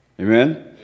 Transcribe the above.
Amen